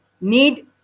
need